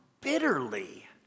bitterly